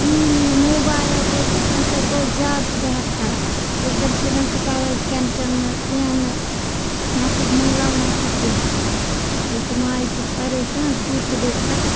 T V mobile رٔٹِکھ امہِ سۭتۍ گوٚو زیادٕ صحت خَراب أزکٮ۪ن شُرٮ۪ن چھُ تَوَے کھیٚن چیٚن نہٕ کینٛہہ نہٕ نہَ چھُکھ مٲل نہَ چھُکھ کینٛہہ یہِ چھُ ماجہِ تہِ چھِ پَریشان شُرۍ تہِ گٔے خَتَم